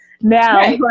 now